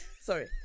Sorry